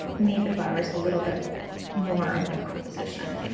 made the flowers a little bit more of the composition.